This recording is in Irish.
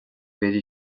mhíle